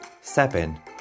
Seven